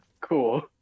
cool